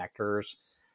connectors